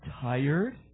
tired